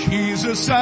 Jesus